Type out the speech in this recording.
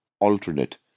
alternate